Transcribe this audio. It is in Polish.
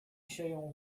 sieją